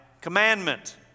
commandment